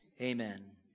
amen